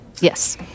Yes